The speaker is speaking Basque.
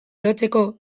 lotzeko